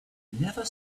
never